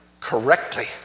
correctly